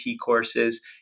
courses